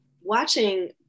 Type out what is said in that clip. watching